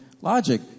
logic